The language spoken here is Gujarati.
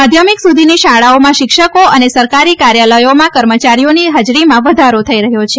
માધ્યમિક સુધીની શાળાઓમાં શિક્ષકો અને સરકારી કાર્યાલયોમાં કર્મચારીઓની હાજરીમાં વધારો થઇ રહ્યો છે